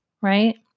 Right